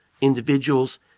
individuals